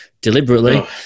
deliberately